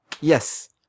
Yes